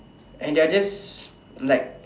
and they're just like